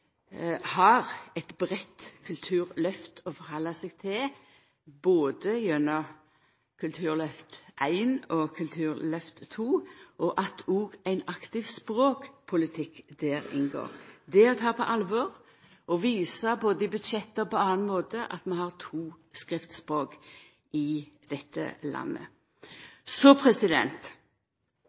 har eit breitt kulturløft å halda seg til, både gjennom Kulturløftet I og Kulturløftet II, og at ein aktiv språkpolitikk inngår i dette – det å ta på alvor å visa både i budsjettet og på annan måte at vi har to skriftspråk i dette landet.